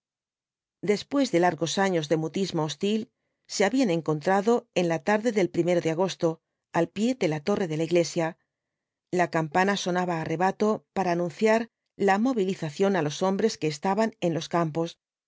después de largos años de mutismo hostil se habían encontrado en la tarde del i de agosto al pie de la torre de la iglesia la campana sonaba á rebato para anunciar la movilización á los hombres que estaban en los campos